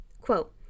quote